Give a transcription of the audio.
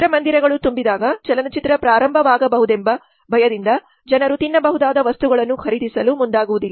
ಚಿತ್ರಮಂದಿರಗಳು ತುಂಬಿದಾಗ ಚಲನಚಿತ್ರ ಪ್ರಾರಂಭವಾಗಬಹುದೆಂಬ ಭಯದಿಂದ ಜನರು ತಿನ್ನಬಹುದಾದ ವಸ್ತುಗಳನ್ನು ಖರೀದಿಸಲು ಮುಂದಾಗುವುದಿಲ್ಲ